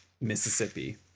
Mississippi